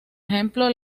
ejemplo